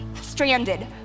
stranded